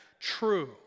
true